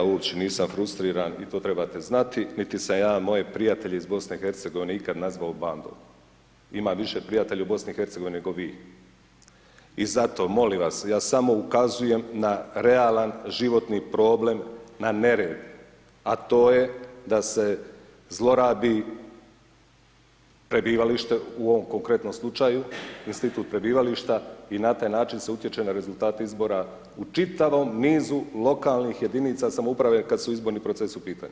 g. Ljubić, ja uopće nisam frustriran i to trebate znati, niti sam ja moje prijatelje iz BiH ikad nazvao bandom, imam više prijatelja u BiH nego vi i zato molim vas, ja samo ukazujem na realan životni problem, na nered, a to je da se zlorabi prebivalište u ovom konkretnom slučaju, institut prebivališta, i na taj način se utječe na rezultate izbora u čitavom nizu lokalnih jedinica samouprave kad su izborni procesi u pitanju.